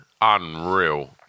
unreal